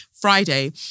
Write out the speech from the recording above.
Friday